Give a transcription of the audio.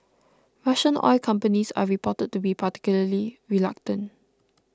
Russian oil companies are reported to be particularly reluctant